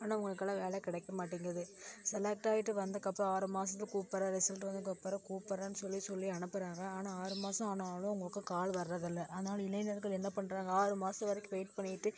ஆனால் அவங்களுக்கெல்லாம் வேலை கிடைக்க மாட்டேங்குது செலெக்ட்டாகிட்டு வந்ததுக்கப்பறம் ஆறு மாசத்தில் கூப்பிட்றேன் ரிசல்ட் வந்ததுக்கப்பறம் கூப்பிட்றேன்னு சொல்லி சொல்லி அனுப்புகிறாங்க ஆனால் ஆறு மாதம் ஆனாலும் அவங்களுக்கு கால் வர்றதில்லை அதனால் இளைஞர்கள் என்ன பண்ணுறாங்க ஆறு மாதம் வரைக்கும் வெயிட் பண்ணிவிட்டு